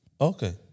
Okay